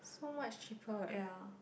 so much cheaper